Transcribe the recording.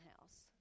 house